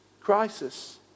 crisis